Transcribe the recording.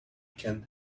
can